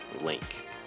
link